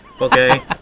Okay